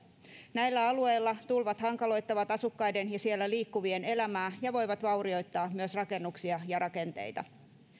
näillä alueilla tulvat hankaloittavat asukkaiden ja siellä liikkuvien elämää ja voivat vaurioittaa myös rakennuksia ja rakenteita